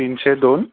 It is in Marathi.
तीनशे दोन